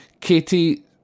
Katie